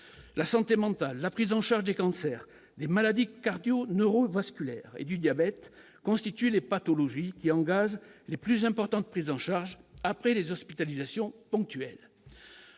la santé mentale, la prise en charge des cancers, des maladies cardio-neuro-vasculaires et du diabète constituent les pathologies qui engagent les plus importantes, prise en charge après les hospitalisations ponctuelles,